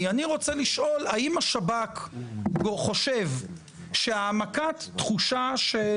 אני רוצה לשאול האם השב"כ חושב שהעמקת תחושה של